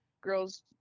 girls